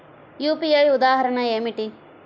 UPI ఉదాహరణ ఏమిటి?